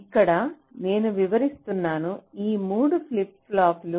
ఇక్కడ నేను వివరిస్తున్నాను ఇవి 3 ఫ్లిప్ ఫ్లాప్స్